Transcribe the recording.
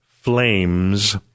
flames